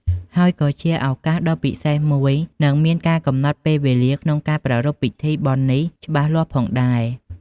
ហើយក៏ជាឱកាសដ៏ពិសេសមួយ និងមានកាលកំណត់ពេលវេលាក្នុងការប្រារព្ធធ្វើពិធីបុណ្យនេះច្បាស់លាស់ផងដែរ។